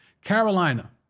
Carolina